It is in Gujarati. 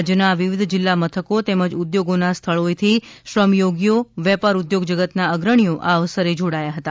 રાજ્યના વિવિધ જિલ્લા મથકો તેમજ ઉદ્યોગોના સ્થળોએથી શ્રમયોગીઓ વેપાર ઉદ્યોગ જગતના અગ્રણીઓ આ અવસરે જોડાયા હતા